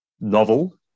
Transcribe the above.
Novel